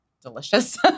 delicious